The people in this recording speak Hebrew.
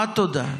מה תודה?